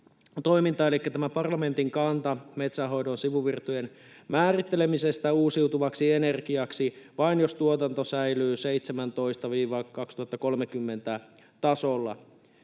Elikkä tämä parlamentin kanta metsänhoidon sivuvirtojen määrittelemisestä uusiutuvaksi energiaksi vain, jos tuotanto säilyy 2017—2030 tasolla,